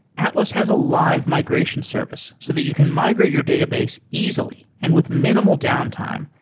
atlas has a live migration service so that you can migrate your database easily and with minimal downtime,